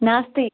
नास्ति